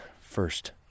first